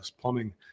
Plumbing